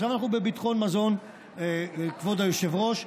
עכשיו אנחנו בביטחון מזון, כבוד היושב-ראש.